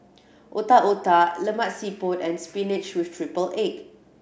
Otak Otak Lemak Siput and spinach with triple egg